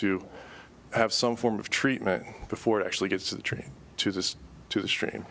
to have some form of treatment before it actually gets to the train to this to the stream